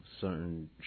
certain